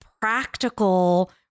practical